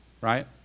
Right